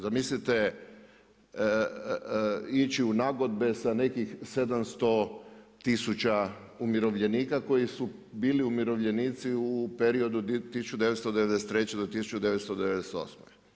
Zamislite ići u nagodbe sa nekih 700 tisuća umirovljenika koji su bili umirovljenici u periodu od 1993. do 1998.